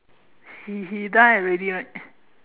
he he die already right